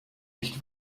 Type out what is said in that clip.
nicht